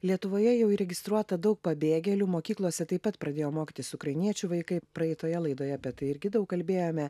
lietuvoje jau įregistruota daug pabėgėlių mokyklose taip pat pradėjo mokytis ukrainiečių vaikai praeitoje laidoje apie tai irgi daug kalbėjome